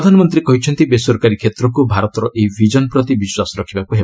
ପ୍ରଧାନମନ୍ତ୍ରୀ କହିଛନ୍ତି ବେସରକାରୀ କ୍ଷେତ୍ରକୁ ଭାରତର ଏହି ଭିଜନ ପ୍ରତି ବିଶ୍ୱାସ ରଖିବାକୁ ହେବ